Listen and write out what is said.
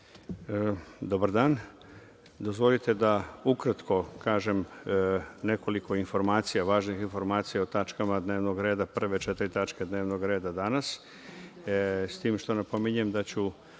Dobar dan. Dozvolite da ukratko kažem nekoliko važnih informacija o tačkama dnevnog reda, prve četiri tačke dnevnog reda danas. Napominjem da ću